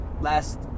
last